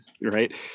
Right